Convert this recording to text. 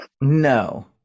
No